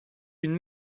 une